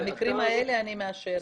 במקרים האלה אני מאשרת.